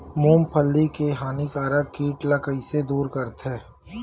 मूंगफली के हानिकारक कीट ला कइसे दूर करथे?